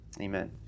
Amen